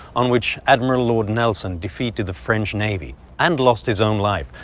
on which admiral lord nelson defeated the french navy, and lost his own life,